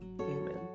Amen